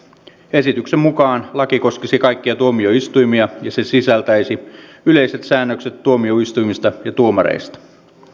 esityksen mukaan laki koskisi kaikkia tuomioistuimia ja se sisältäisi yleiset säännökset tuomioistuimista ja tuomareista